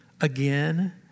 again